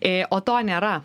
ė o to nėra